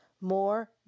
More